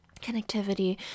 connectivity